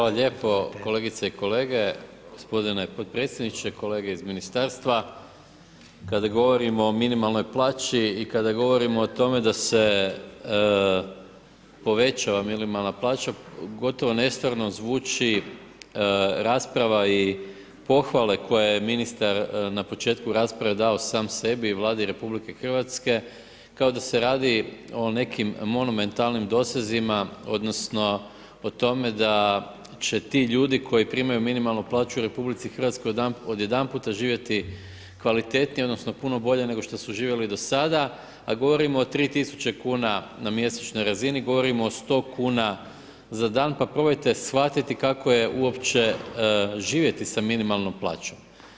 Hvala lijepo, kolegice i kolege, gospodine podpredsjedniče, kolege iz ministarstva, kada govorimo o minimalnoj plaći i kada govorimo o tome da se povećava minimalna plaća gotovo nestvarno zvuči rasprava i pohvale koje je ministar na početku rasprave dao sam sebi i Vladi RH kao da se radi o nekim monumentalnim dosezima, odnosno o tome da će ti ljudi koji primaju minimalnu plaću u RH od jedan puta živjeti kvalitetnije odnosno puno bolje nego što su živjeli do sada, a govorimo o 3.000 kuna na mjesečnoj razini, govorimo o 100 kuna za dan, pa probajte shvatiti kako je uopće živjeti sa minimalnom plaćom.